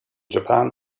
japan